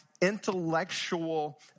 intellectual